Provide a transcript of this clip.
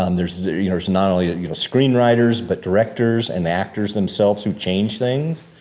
um there's ah you know not only ah you know screenwriters but directors and the actors themselves who change things.